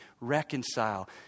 reconcile